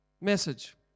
message